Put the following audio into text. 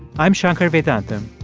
i'm shankar vedantam,